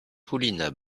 paulina